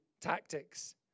tactics